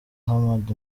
hamad